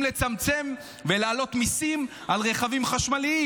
לצמצם ולהעלות מיסים על רכבים חשמליים,